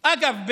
אגב,